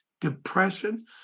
depression